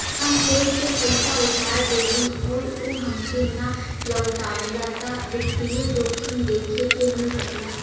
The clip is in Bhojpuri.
हम कोई के पइसा उधार देली आउर उ हमके ना लउटावला त वित्तीय जोखिम देखे के मिल सकला